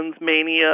mania